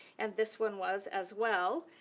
and this one was as well,